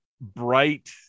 bright